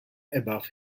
above